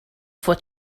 for